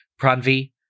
Pranvi